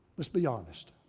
let's be honest.